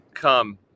Come